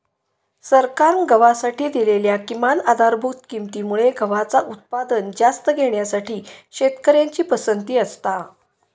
सरकारान गव्हासाठी दिलेल्या किमान आधारभूत किंमती मुळे गव्हाचा उत्पादन जास्त घेण्यासाठी शेतकऱ्यांची पसंती असता